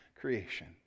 creation